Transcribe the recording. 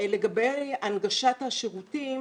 לגבי הנגשת השירותים